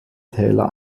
täler